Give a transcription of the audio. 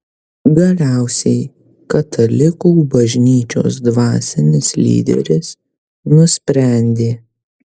galiausiai katalikų bažnyčios dvasinis lyderis nusprendė